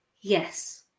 Yes